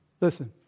Listen